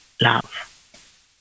love